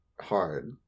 hard